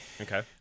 Okay